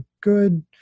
good